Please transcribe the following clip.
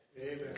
Amen